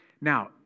Now